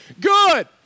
Good